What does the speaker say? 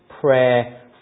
prayer